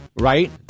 Right